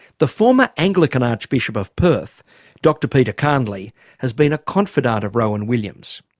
the former anglican archbishop of perth dr peter carnley has been a confidant of rowan williams.